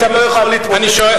אני לא,